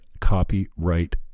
copyright